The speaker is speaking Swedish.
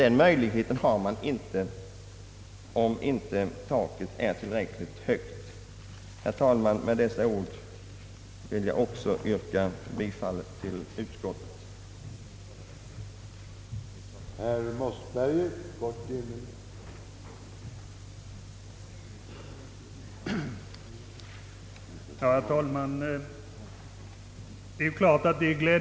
Den möjligheten har man inte om taket inte är tillräckligt högt. Herr talman! Med dessa ord vill jag yrka bifall till utskottets hemställan.